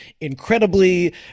incredibly